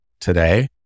today